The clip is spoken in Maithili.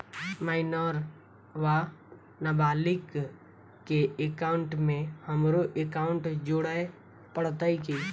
माइनर वा नबालिग केँ एकाउंटमे हमरो एकाउन्ट जोड़य पड़त की?